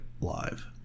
live